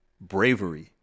Bravery